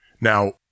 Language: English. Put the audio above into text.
Now